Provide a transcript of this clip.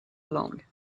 along